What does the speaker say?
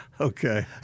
Okay